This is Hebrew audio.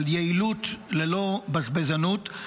ביעילות ללא בזבזנות.